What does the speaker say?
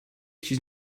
his